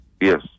Yes